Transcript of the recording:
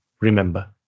remember